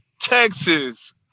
texas